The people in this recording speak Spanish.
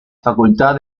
facultad